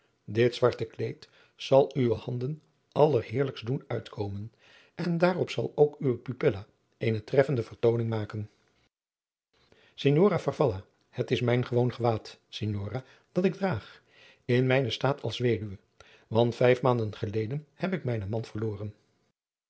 dit zwarte kleed zal uwe handen allerheerlijkst doen uitkomen en daarop zal ook uwe pupila eene treffende vertooning maken signora farfalla het is mijn gewoon gewaad signore dat ik draag in mijnen staat als weduwe want vijf maanden geleden heb ik mijnen man verloren